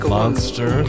monster